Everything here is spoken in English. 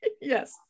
Yes